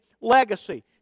legacy